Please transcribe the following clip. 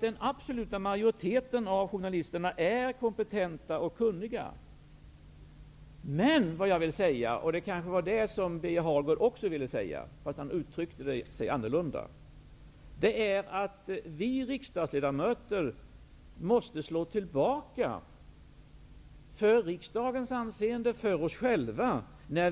Den absoluta majoriteten av journalisterna är kompetenta och kunniga. Men vad jag vill säga -- och det var kanske det som Birger Hagård också ville säga, även om han uttryckte sig litet annorlunda -- är att vi riksdagens ledamöter måste slå tillbaka för riksdagens anseende och för oss själva när